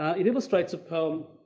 it illustrates a poem um,